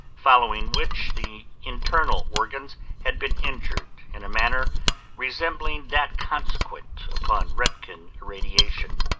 following which the internal organs had been injured in a manner resembling that consequent upon roentgen irradiation.